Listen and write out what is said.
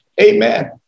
Amen